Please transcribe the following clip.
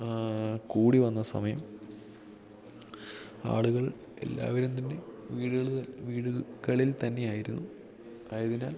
ആ കൂടി വന്ന സമയം ആളുകൾ എല്ലാവരും തന്നെ വീടുകൾ വീടുകളിൽ തന്നെയായിരുന്നു ആയതിനാൽ